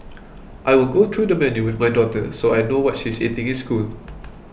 I will go through the menu with my daughter so I know what she is eating in school